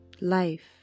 life